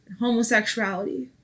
homosexuality